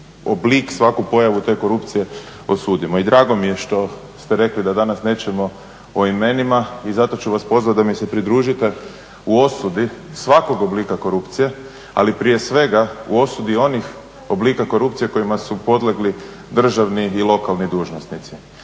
oblik, svaku pojavu te korupcije osudimo. I drago mi je što ste rekli da danas nećemo o imenima i zato ću vas pozvat da mi se pridružite u osudi svakog oblika korupcije, ali prije svega u osudi onih oblika korupcije kojima su podlegli državni i lokalni dužnosnici